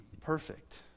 perfect